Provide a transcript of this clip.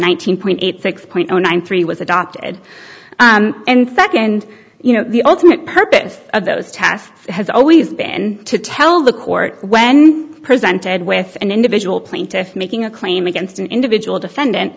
thousand point eight six point zero nine three was adopted and second you know the ultimate purpose of those tasks has always been to tell the court when presented with an individual plaintiff making a claim against an individual defendant